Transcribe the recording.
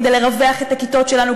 כדי לרווח את הכיתות שלנו,